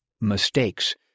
mistakes